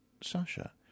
Sasha